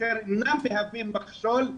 כשאינם מהווים מכשול,